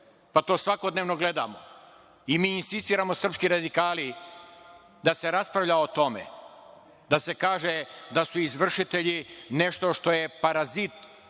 To svakodnevno gledamo. Mi insistiramo srpski radikali da se raspravlja o tome, da se kaže da su izvršitelji nešto što je parazit